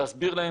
להסביר להם,